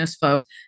folks